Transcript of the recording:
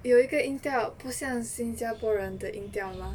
有音调不像新加坡人的音调 mah